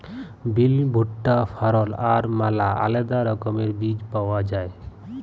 বিল, ভুট্টা, ফারল আর ম্যালা আলেদা রকমের বীজ পাউয়া যায়